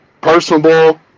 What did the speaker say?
personable